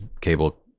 Cable